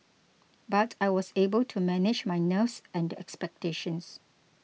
but I was able to manage my nerves and the expectations